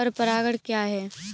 पर परागण क्या है?